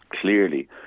clearly